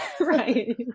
right